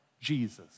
Jesus